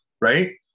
right